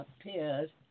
appeared